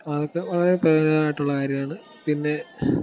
അതൊക്കെ വളരെ പ്രയോജനകരായിട്ടുള്ള കാര്യമാണ് പിന്നെ